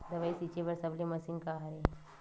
दवाई छिंचे बर सबले मशीन का हरे?